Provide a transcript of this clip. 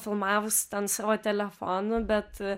filmavus ten savo telefonu bet